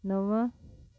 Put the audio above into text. नव